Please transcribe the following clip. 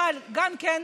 אבל גם כן,